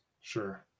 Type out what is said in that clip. sure